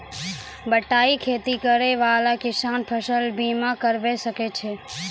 बटाई खेती करै वाला किसान फ़सल बीमा करबै सकै छौ?